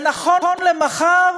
ונכון למחר,